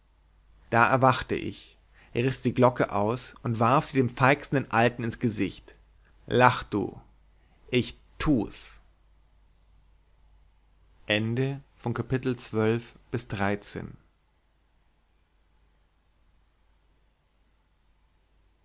da erwachte ich riß die glocke aus und warf sie dem feixenden alten ins gesicht lach du ich tu's